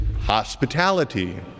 hospitality